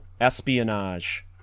espionage